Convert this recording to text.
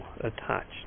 attached